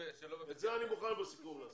את זה אני מוכן בסיכום לעשות.